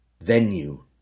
venue